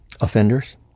offenders